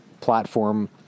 platform